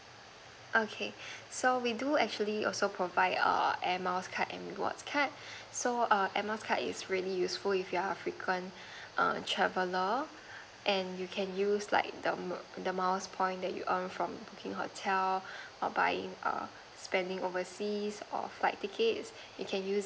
okay so we do actually also provide err air miles card and rewards card so err air miles card is really useful if you're a frequent err traveller and you can use like the the miles points that you earn from booking hotel or buying err spending oversea or flight tickets you can use